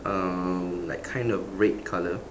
um like kind of red colour